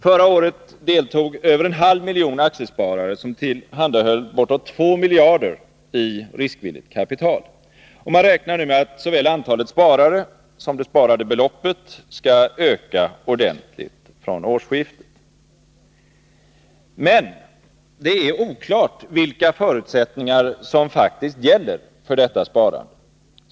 Förra året deltog över en halv miljon aktiesparare, som tillhandahöll bortåt 2 miljarder i riskvilligt kapital. Man räknar nu med att såväl antalet sparare som det sparade beloppet skall öka ordentligt från årsskiftet. Men det är oklart vilka förutsättningar som faktiskt gäller för detta sparande.